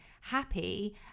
happy